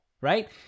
Right